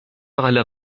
على